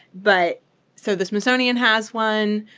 but so the smithsonian has one.